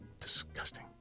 Disgusting